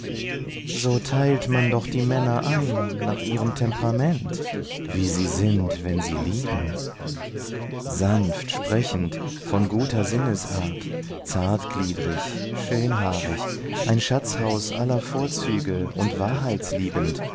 so teilt man doch die männer ein nach ihrem temperament wie sie sind wenn sie lieben sanft sprechend von guter sinnesart zartgliedrig schönhaarig ein schatzhaus aller vorzüge und wahrheitsliebend